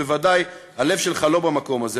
כי בוודאי הלב שלך לא במקום הזה.